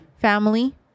family